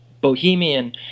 Bohemian